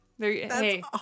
Hey